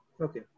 Okay